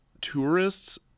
Tourists